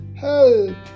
help